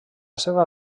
seva